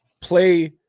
play